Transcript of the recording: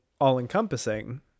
all-encompassing